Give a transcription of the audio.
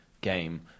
game